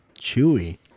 Chewy